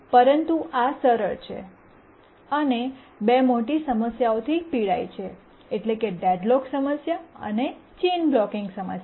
પરંતુ આ સરળ છે અને બે મોટી સમસ્યાઓથી પીડાય છે એટલે કે ડેડલોક સમસ્યા અને ચેઇન બ્લૉકિંગ સમસ્યા